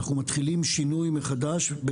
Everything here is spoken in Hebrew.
אנחנו מתחילים שינוי מחדש,